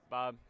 Bob